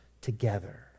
together